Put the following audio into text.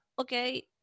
okay